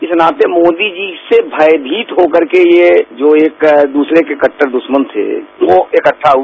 इस नाते मोदी जी से भयभीत होकर के यह जो एक द्रसरे के कट्टर दुर्सन थे वह इकट्टा हुए